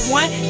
one